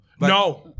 No